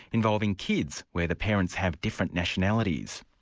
involving kids where the parents have different nationalities.